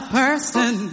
person